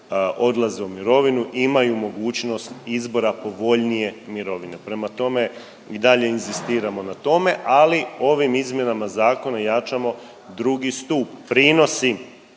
odlaze u mirovinu, imaju mogućnost izbora povoljnije mirovine. Prema tome i dalje inzistiramo na tome ali ovim izmjenama zakona jačamo 2. stup.